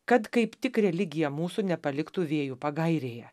kad kaip tik religija mūsų nepaliktų vėjų pagairėje